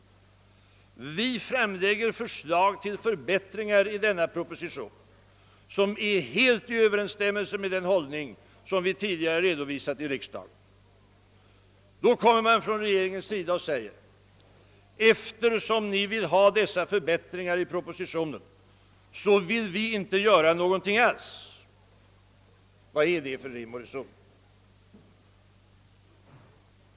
Vi framlägger förslag till förbättringar av denna proposition, vilka helt står i överensstämmelse med den hållning som vi tidigare redovisat i riksdagen. Då säger regeringen: Eftersom ni vill ha dessa förbättringar av propositionen, vill vi inte göra någonting alls. är detta rim och reson?